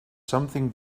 something